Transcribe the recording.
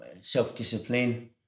self-discipline